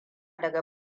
daga